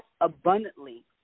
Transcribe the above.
abundantly